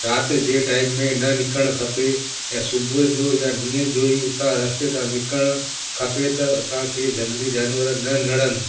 राति जे टाइम में न निकिरणु खपे ऐं सुबुह जो या ॾींहं जो ई उतां रस्ते ता निकरण खपे त असांखे जंगली जानवर न लड़नि